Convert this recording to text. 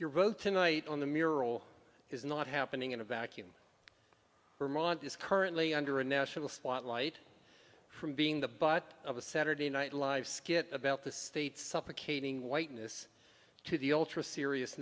your both tonight on the mural is not happening in a vacuum ramadi is currently under a national spotlight from being the butt of a saturday night live skit about the state suffocating whiteness to the ultra serious